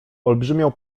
olbrzymią